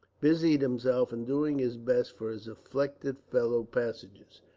busied himself in doing his best for his afflicted fellow passengers.